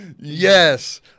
Yes